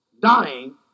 dying